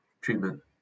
treatment